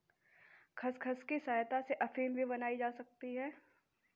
खसखस की सहायता से अफीम भी बनाई जा सकती है